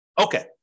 Okay